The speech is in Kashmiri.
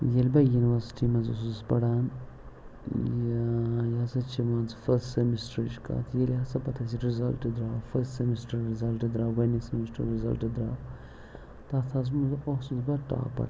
ییٚلہِ بہٕ یوٗنیوَرسِٹی منٛز اوسُس پَران یا یہِ ہَسا چھِ مان ژٕ فٔسٹ سٮ۪مِسٹرٕچ کَتھ ییٚلہِ ہَسا پَتہٕ اَسہِ رِزَلٹہٕ درٛاو فٔسٹ سٮ۪مِسٹَر رِزَلٹہٕ درٛاو گۄڈٕنِکِس سٮ۪مِسٹَر رِزَلٹہٕ درٛاو تَتھ حظ مطلب اوسُس بہٕ ٹاپَر